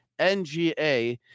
NGA